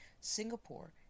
Singapore